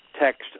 text